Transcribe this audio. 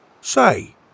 Say